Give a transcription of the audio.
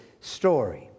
story